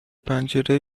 پنجره